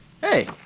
Hey